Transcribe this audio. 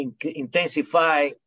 intensify